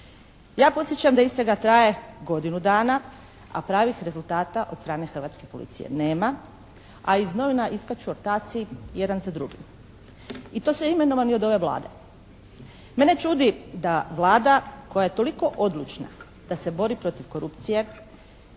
Ja podsjećam da istraga traje godinu dana, a pravih rezultata od strane hrvatske policije nema. A iz novina iskaču ortaci jedan za drugim, i to sve imenovani od ove Vlade. Mene čudi da Vlada koja je toliko odlučna da se bori protiv korupcije